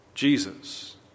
Jesus